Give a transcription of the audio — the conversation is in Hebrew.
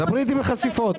דברי איתי בחשיפות.